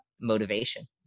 motivation